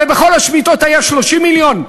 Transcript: הרי בכל השמיטות היו 30 מיליון.